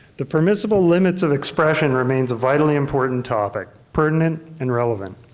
the permissible limits of expression remain a vitally important topic, pertinent and relevant.